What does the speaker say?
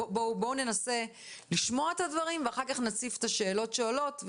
בואו ננסה לשמור את הדברים ואחר כך נציף את השאלות שעולות,